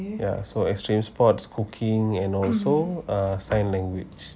ya so extreme sports cooking and also err sign language